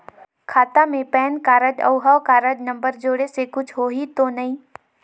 खाता मे PAN card और हव कारड नंबर जोड़े से कुछ होही तो नइ?